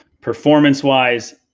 performance-wise